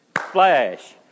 flash